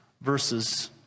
verses